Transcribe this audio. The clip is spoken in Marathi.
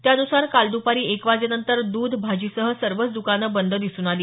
त्यान्सार काल द्रपारी एक वाजेनंतर द्ध भाजीसह सर्वच द्रकानं बंद दिसून आली